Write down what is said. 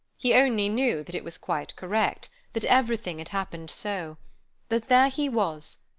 he only knew that it was quite correct that everything had happened so that there he was,